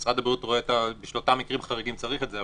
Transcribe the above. משרד הבריאות רואה שבאותם מקרים חריגים צריך את זה,